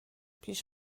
پیش